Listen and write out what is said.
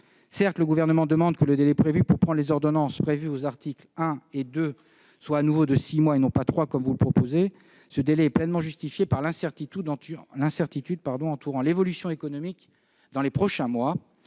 Certes, il demande que le délai prévu pour prendre les ordonnances prévues aux articles 1 et 2 soit à nouveau de six mois, et non pas de trois mois, comme vous le proposez. Ce délai est justifié, là encore, par l'incertitude entourant l'évolution économique dans les prochains mois